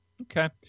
Okay